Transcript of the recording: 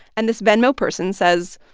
and this venmo person says,